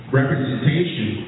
representation